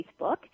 Facebook